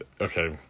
Okay